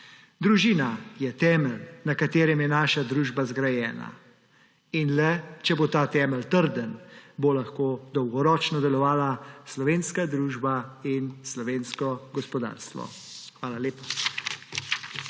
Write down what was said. Družina, ki je temelj, na katerem je naša družba zgrajena. In le če bo ta temelj trden, bo lahko dolgoročno delovala slovenska družba in slovensko gospodarstvo. Hvala lepa.